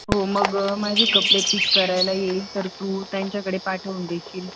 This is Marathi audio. हो मग माझे कपडे पिक करायला येईल तर तू त्यांच्याकडे पाठवून देशील